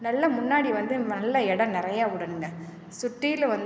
நல்ல முன்னாடி வந்து நல்ல எடம் நிறையா விடணுங்க சுற்றிலும் வந்து